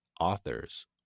authors